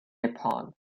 nippon